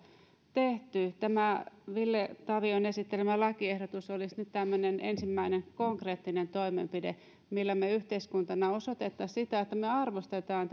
tehty tämä ville tavion esittelemä lakiehdotus olisi nyt tämmöinen ensimmäinen konkreettinen toimenpide millä me yhteiskuntana osoitttaisimme että me arvostamme